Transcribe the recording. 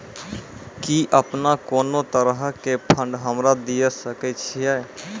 कि अपने कोनो तरहो के फंड हमरा दिये सकै छिये?